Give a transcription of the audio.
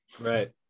right